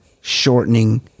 shortening